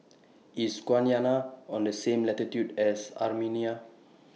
IS Guyana on The same latitude as Armenia